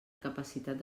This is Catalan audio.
capacitat